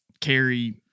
carry